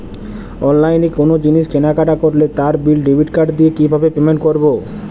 অনলাইনে কোনো জিনিস কেনাকাটা করলে তার বিল ডেবিট কার্ড দিয়ে কিভাবে পেমেন্ট করবো?